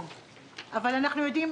אבל אנחנו יודעים,